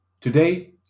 Today